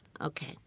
Okay